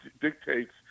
dictates